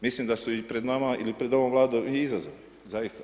Mislim da su i pred nama ili pred ovom Vladom i izazovi, zaista.